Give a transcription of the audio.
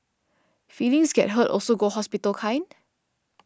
feelings get hurt also go hospital kind